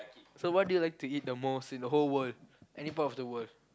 so what do you like to eat the most in the whole world any part of the world